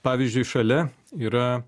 pavyzdžiui šalia yra